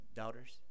daughters